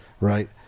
Right